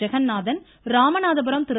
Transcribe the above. Jagannathan Ramanathapuram Thiru